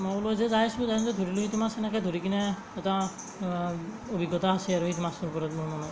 মই বোলো যায় আছো যায় আছো ধৰিলো সেইটো মাছ সেনেকৈ ধৰি কিনে এটা অভিজ্ঞতা হৈছে আৰু সেইটো মাছটোৰ ওপৰত মোৰ মানে